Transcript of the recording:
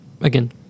again